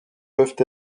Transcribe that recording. peuvent